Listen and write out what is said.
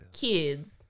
kids